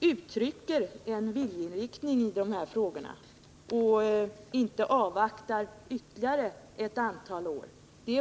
uttrycker en viljeinriktning i de här frågorna och inte avvaktar ytterligare ett antal år.